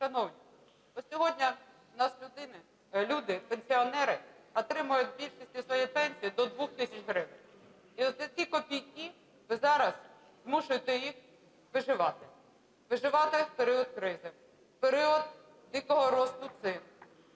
Шановні, сьогодні в нас люди, пенсіонери отримують в більшості своїй пенсії до 2 тисяч гривень. І от за ці копійки ви зараз змушуєте їх виживати! Виживати в період кризи, в період дикого росту цін,